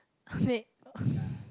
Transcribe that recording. wait